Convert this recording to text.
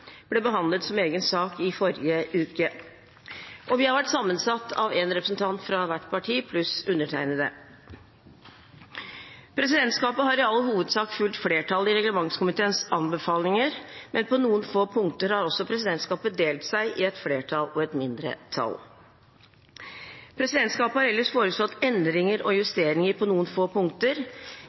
ble behandlet som egen sak i forrige uke. Komiteen har vært sammensatt av én representant fra hvert parti pluss undertegnede. Presidentskapet har i all hovedsak fulgt flertallet i reglementskomiteens anbefalinger, men på noen få punkter har også presidentskapet delt seg i et flertall og et mindretall. Presidentskapet har ellers foreslått endringer og justeringer på noen få punkter.